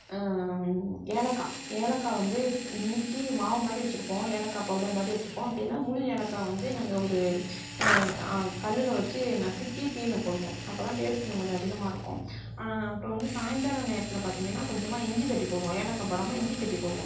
ஏலக்காய் ஏலக்காய் வந்து நுனிக்கி மாவு மாதிரி வச்சுருப்போம் ஏலக்காய் பவுடர் மாதிரி வச்சுருப்போம் அப்படி இல்லைனா முழு ஏலக்காய் வந்து நாங்கள் ஒரு கல்லில் வச்சு நசுக்கி டீயில் போடுவோம் அப்போதான் டேஸ்ட் இன்னும் கொஞ்சம் அதிகமாக இருக்கும் அப்றம் வந்து சாயந்தரம் நேரத்தில் பார்த்தீங்கனா கொஞ்சமாக இஞ்சி தட்டி போடுவோம் ஏலக்காய் போடாமல் இஞ்சி தட்டி போடுவோம்